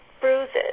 bruises